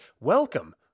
welcome